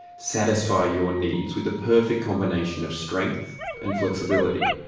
satisfy your needs with a perfect combination of strength and flexibility.